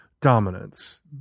dominance